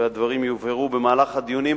והדברים יובהרו במהלך הדיונים.